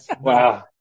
Wow